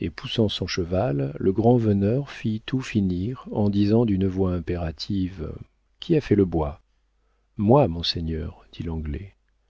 et poussant son cheval le grand-veneur fit tout finir en disant d'une voix impérative qui a fait le bois moi monseigneur dit l'anglais